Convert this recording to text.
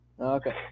Okay